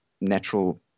natural